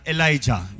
Elijah